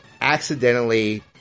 accidentally